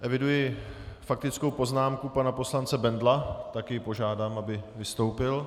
Eviduji faktickou poznámku pana poslance Bendla, tak jej požádám, aby vystoupil.